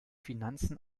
finanzen